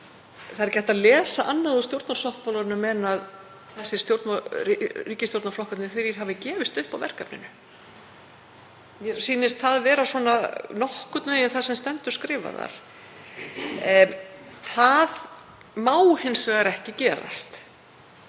það er ekki hægt að lesa annað úr stjórnarsáttmálanum en að þessi stjórn og ríkisstjórnarflokkarnir þrír hafa gefist upp á verkefninu. Mér sýnist það vera svona nokkurn veginn það sem stendur skrifað þar. Það má hins vegar ekki gerast.